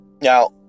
Now